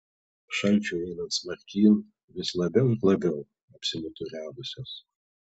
šalčiui einant smarkyn vis labiau ir labiau apsimuturiavusios